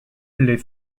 les